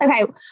Okay